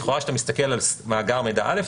לכאורה כשאתה מסתכל על מאגר מידע א',